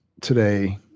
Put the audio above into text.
today